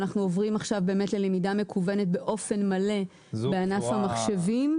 אנחנו עוברים עכשיו ללמידה מקוונת באופן מלא בענף המחשבים.